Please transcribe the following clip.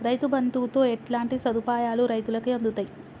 రైతు బంధుతో ఎట్లాంటి సదుపాయాలు రైతులకి అందుతయి?